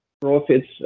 profits